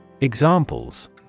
Examples